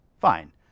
fine